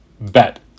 bet